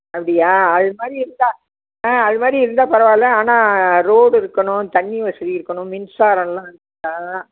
அப்படியா அது மாதிரி இருந்தால் ஆ அது மாதிரி இருந்தால் பரவாயில்ல ஆனால் ரோடு இருக்கணும் தண்ணி வசதி இருக்கணும் மின்சாரமெலாம் இருக்கா